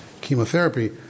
chemotherapy